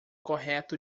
correto